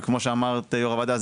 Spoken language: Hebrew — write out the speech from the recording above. וכמו שאמרת יושבת ראש הוועדה,